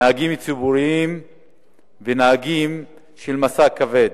נהגים רכבים ציבוריים ונהגים של משא כבד.